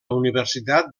universitat